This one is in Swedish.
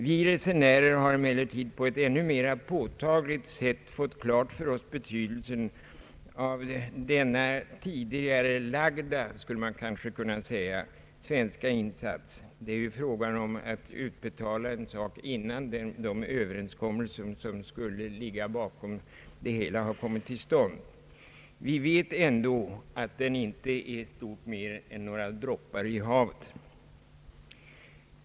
Vi resenärer har emellertid på ett ännu mera påtagligt sätt fått klart för oss betydelsen av den Allmänpolitisk debatt na så att säga tidigarelagda svenska insats. Det är ju fråga om att utbetala belopp, innan de överenskommelser kommer till stånd som skulle utgöra förutsättning för utbetalningen. Vi vet ändå att denna insats inte är stort mer än några droppar i havet.